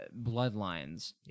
Bloodlines